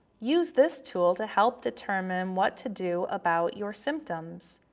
use this tool to help determine what to do about your symptoms,